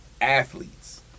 athletes